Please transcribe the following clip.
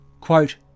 Quote